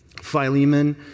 Philemon